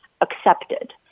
accepted